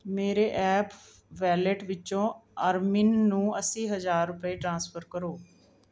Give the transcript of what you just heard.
ਮੇਰੇ app wallet ਵਿੱਚੋਂ Armin ਨੂੰ ਅੱਸੀ ਹਜ਼ਾਰ ਰੁਪਏ ਟ੍ਰਾਂਸਫਰ ਕਰੋ